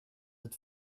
ett